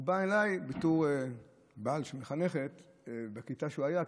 הוא בא אליי בתור בעל של מחנכת בכיתה שבנו היה,